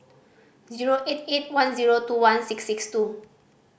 zero eight eight one zero two one six six two